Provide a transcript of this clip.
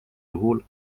juhul